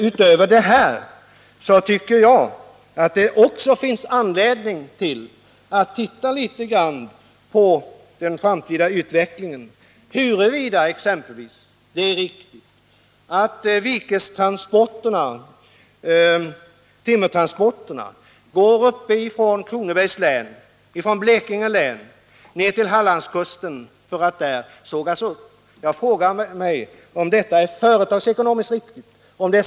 Utöver detta tycker jag att det också finns anledning att titta litet grand på den framtida utvecklingen och se efter huruvida det exempelvis är riktigt att timmertransporterna går från Kronobergs län, från Blekinge län och ner till Hallandskusten för att där sågas upp. Jag frågar mig om detta är företagsekonomiskt.